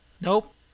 Nope